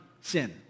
sin